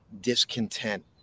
discontent